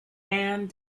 and